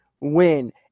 win